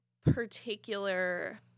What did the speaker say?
particular